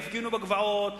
יפגינו בגבעות,